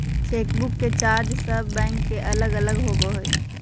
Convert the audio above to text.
chequebook के charge सब bank के अलग अलग होबा हइ